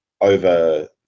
over